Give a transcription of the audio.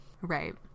right